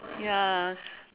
ya